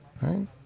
Right